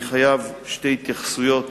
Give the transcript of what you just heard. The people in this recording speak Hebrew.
אני חייב שתי התייחסויות